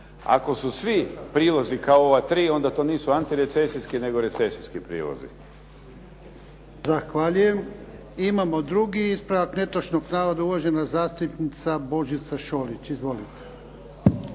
Ako su svi prilozi kao ova tri, onda to nisu antirecesijski, nego recesijski prilozi. **Jarnjak, Ivan (HDZ)** Zahvaljujem. Imamo drugi ispravak netočnog navoda uvažena zastupnica Božica Šolić. Izvolite.